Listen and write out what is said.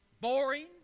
boring